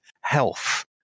health